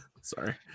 Sorry